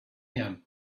him